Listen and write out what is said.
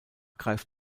greift